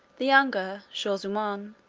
the younger shaw-zummaun,